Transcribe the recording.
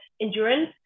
endurance